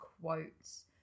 quotes